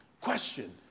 question